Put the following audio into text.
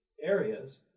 areas